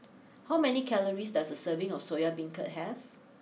how many calories does a serving of Soya Beancurd have